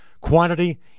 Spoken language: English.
quantity